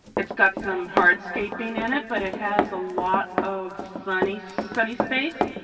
it's got some hardscaping in it, but it has a lot of sunny sunny space,